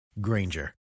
Granger